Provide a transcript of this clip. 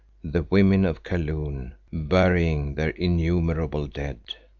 the women of kaloon burying their innumerable dead.